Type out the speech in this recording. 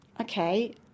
Okay